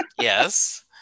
yes